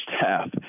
half